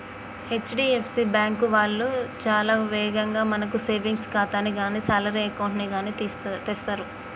HDFC bank వాళ్ళు చాలా వేగంగా మనకు సేవింగ్స్ ఖాతాని గానీ శాలరీ అకౌంట్ ని గానీ తెరుస్తరు